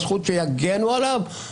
הזכות שיגנו עליו,